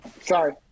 sorry